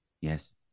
Yes